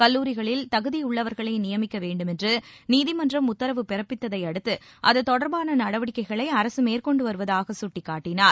கல்லூரிகளில் தகுதியுள்ளவர்களை நியமிக்க வேண்டுமென்று நீதிமன்றம் உத்தரவு பிறப்பித்ததை அடுத்து அது தொடர்பான நடவடிக்கைகளை அரசு மேற்கொண்டு வருவதாக சுட்டிக்காட்டினார்